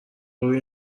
روی